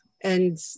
And-